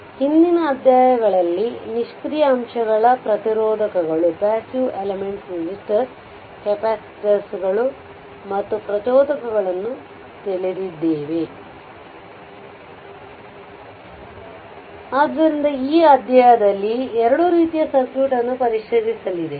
ಆದ್ದರಿಂದ ಹಿಂದಿನ ಅಧ್ಯಾಯಗಳಲ್ಲಿ 3 ನಿಷ್ಕ್ರಿಯ ಅಂಶಗಳ ಪ್ರತಿರೋಧಕಗಳು ಕೆಪಾಸಿಟರ್ಗಳು ಮತ್ತು ಪ್ರಚೋದಕಗಳನ್ನು ತಿಳಿದಿದ್ದೇವೆ ಆದ್ದರಿಂದ ಈ ಅಧ್ಯಾಯದಲ್ಲಿ 2 ರೀತಿಯ ಸರ್ಕ್ಯೂಟ್ ಅನ್ನು ಪರಿಶೀಲಿಸಲಿದೆ